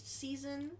season